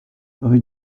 rue